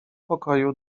pokoju